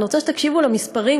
אני רוצה שתקשיבו למספרים,